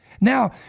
Now